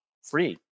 Free